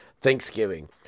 Thanksgiving